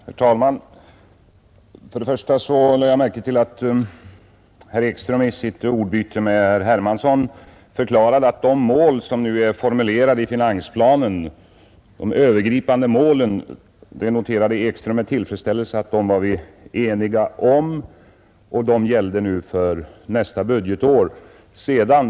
Herr talman! Jag lade märke till att herr Ekström i sitt ordbyte med herr Hermansson med tillfredsställelse noterade, att vi var eniga om de övergripande mål som nu är formulerade i finansplanen och som skall gälla för nästa budgetår.